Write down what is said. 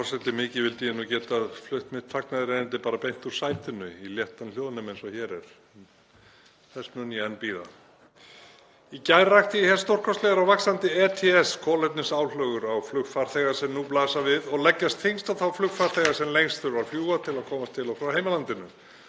forseti. Mikið vildi ég bara geta flutt fagnaðarerindi mitt beint úr sætinu í léttan hljóðnema eins og hér er, en þess mun ég enn bíða. Í gær rakti ég hér stórkostlegar og vaxandi ETS-kolefnisálögur á flugfarþega sem nú blasa við og leggjast þyngst á þá flugfarþega sem lengst þurfa að fljúga til að komast til og frá heimalandinu.